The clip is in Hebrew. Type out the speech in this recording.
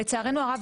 לצערנו הרב,